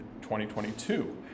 2022